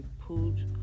pulled